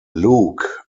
luke